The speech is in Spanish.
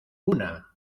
una